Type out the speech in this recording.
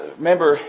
remember